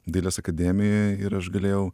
dailės akademijoj ir aš galėjau